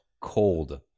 cold